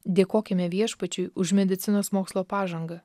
dėkokime viešpačiui už medicinos mokslo pažangą